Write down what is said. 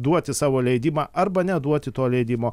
duoti savo leidimą arba neduoti to leidimo